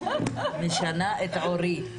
אני פתאום משנה את עורי.